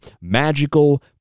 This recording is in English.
magical